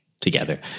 together